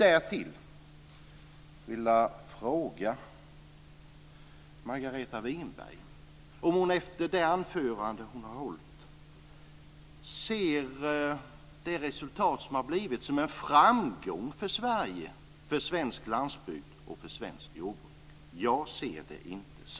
Därtill vill jag fråga Margareta Winberg om hon efter det anförande som hon har hållit ser det uppnådda resultatet som en framgång för Sverige, för svensk landsbygd och för svenskt jordbruk. Jag ser det inte så.